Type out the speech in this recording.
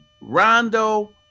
Rondo